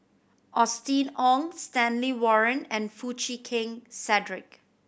Austen Ong Stanley Warren and Foo Chee Keng Cedric